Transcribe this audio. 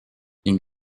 ning